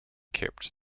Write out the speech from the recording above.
kept